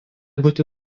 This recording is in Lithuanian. būti